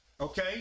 Okay